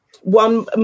one